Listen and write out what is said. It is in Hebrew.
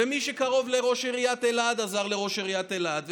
ומי שקרוב לראש עיריית אלעד עזר לראש עיריית אלעד.